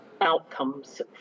outcomes